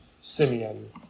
Simeon